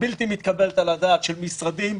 בלתי מתקבלת על הדעת של משרדים,